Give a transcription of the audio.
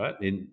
right